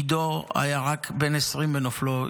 עידו היה רק בן 20 בנופלו.